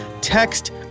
text